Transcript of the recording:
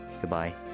Goodbye